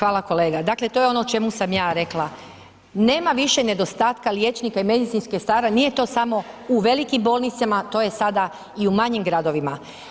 Hvala kolega, dakle to je ono o čemu sam ja rekla, nema više nedostatka liječnika i medicinskih sestara, nije to samo u velikim bolnicama, to je sada i u manjim gradovima.